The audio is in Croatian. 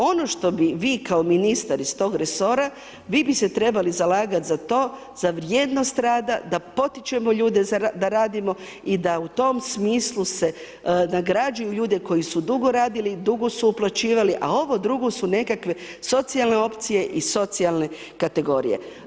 Ono što bi vi kao ministar iz tog resora, vi bi se trebali zalagat za to, za vrijednost rada da potičemo ljude da radimo i da u tom smislu nagrađuju ljude koju su dugo radili, dugo su uplaćivali, a ovo drugo su nekakve socijalne opcije i socijalne kategorije.